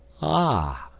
ah!